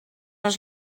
les